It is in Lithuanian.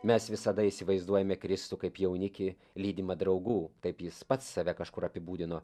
mes visada įsivaizduojame kristų kaip jaunikį lydimą draugų taip jis pats save kažkur apibūdino